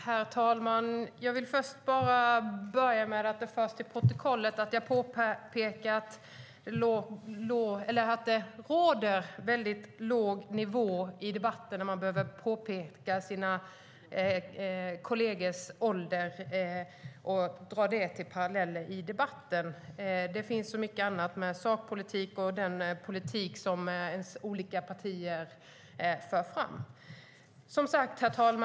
Herr talman! Jag vill först att det ska föras till protokollet att jag har påpekat att det råder en väldigt låg nivå i debatten när man tar upp åldern på sina kolleger och gör sådana paralleller i debatten. Det finns så mycket annat att diskutera: sakpolitik och partipolitik.